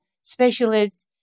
specialists